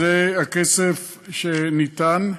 זה הכסף שניתן.